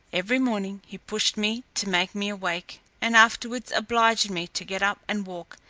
every morning he pushed me to make me awake, and afterwards obliged me to get up and walk,